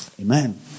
Amen